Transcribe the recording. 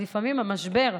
לפעמים המשבר,